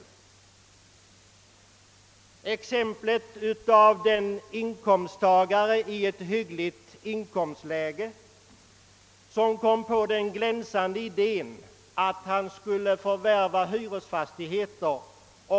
Det första exemplet gäller den inkomsttagare i ett hyggligt inkomstläge som kom på den glänsande idén att han skulle förvärva hyresfastigheter.